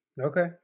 Okay